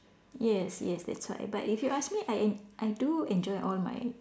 yes yes that's why but if you ask me I en~ I do enjoy all my